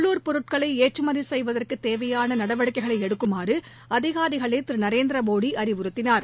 உள்ளூர் பொருட்களை ஏற்றுமதி செய்வதற்குத் தேவையான நடவடிக்கைகளை எடுக்குமாறு அதிகாரிகளை திரு நரேந்திரமோடி அறிவுறுத்தினார்